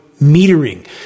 metering